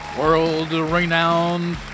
world-renowned